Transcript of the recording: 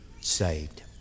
saved